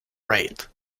rate